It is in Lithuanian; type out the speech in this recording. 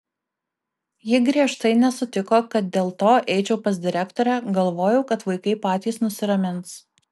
ji griežtai nesutiko kad dėl to eičiau pas direktorę galvojau kad vaikai patys nusiramins